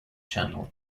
channel